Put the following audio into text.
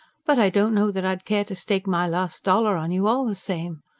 but i don't know that i'd care to stake my last dollar on you all the same.